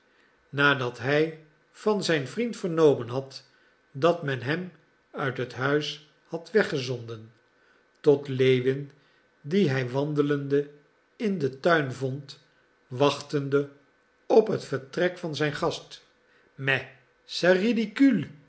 nadat hij van zijn vriend vernomen had dat men hem uit het huis had weggezonden tot lewin dien hij wandelende in den tuin vond wachtende op het vertrek van zijn gast mais c'est ridicule